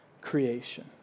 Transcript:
creation